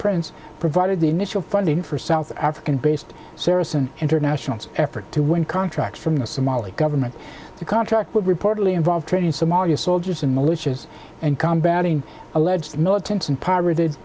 prince provided the initial funding for south african based service an international effort to win contracts from the somali government the contract will reportedly involve training somalia soldiers and militias and combating alleged militants and pirated